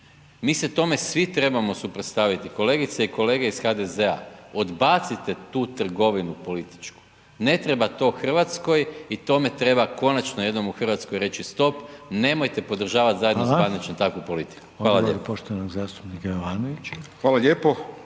mi se tome svi trebamo suprotstaviti, kolegice i kolege iz HDZ-a odbacite tu trgovinu političku, ne treba to Hrvatskoj i tome treba konačno jednom u Hrvatskoj reći stop, nemojte podržavati zajedno s Badnićem, takvu politiku. Hvala lijepo.